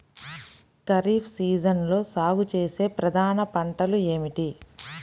ఖరీఫ్ సీజన్లో సాగుచేసే ప్రధాన పంటలు ఏమిటీ?